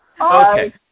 Okay